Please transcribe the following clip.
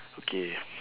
okay